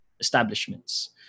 establishments